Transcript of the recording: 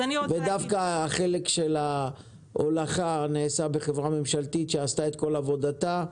דווקא החלק של ההולכה נעשה בחברה ממשלתית שעשתה את כל עבודה.